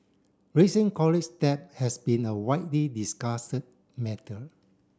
raising college debt has been a widely discussed matter